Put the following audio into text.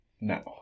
No